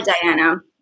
Diana